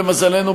למזלנו,